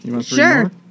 Sure